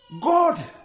God